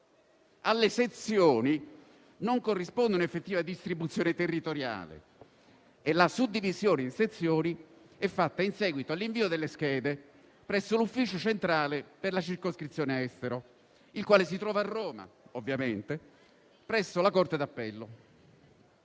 alle sezioni non corrisponde un'effettiva distribuzione territoriale e la suddivisione in sezioni è fatta in seguito all'invio delle schede presso l'Ufficio centrale per la circoscrizione estero, che si trova a Roma, ovviamente, presso la corte d'appello,